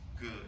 good